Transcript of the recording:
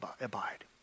abide